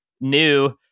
new